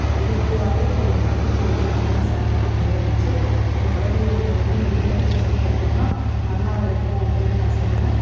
இயற்கையாகவே நம்மளுக்கு வந்து ஒரு இயற்கையான ஷாம்பு தயாரித்து அந்த கலவையை நம்ம வந்து முடியல பூசிகிட்டு வந்தோம்ன்னால் நல்லா இருக்கும் அப்படின்னு நான் சொன்னேன்